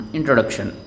Introduction